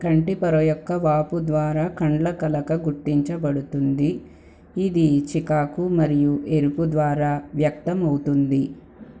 కంటిపొర యొక్క వాపు ద్వారా కండ్లకలక గుర్తించబడుతుంది ఇది చికాకు మరియు ఎరుపు ద్వారా వ్యక్తమవుతుంది